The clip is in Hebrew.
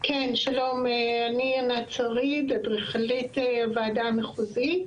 כן, שלום, אני ענת שריד, אדריכלית הוועדה המחוזית.